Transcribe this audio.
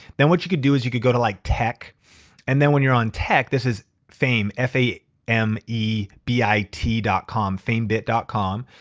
then what you could do is you could go to like tech and then when you're on tech, this is fame, f a m e b i t dot com famebit com.